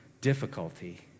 difficulty